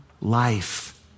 life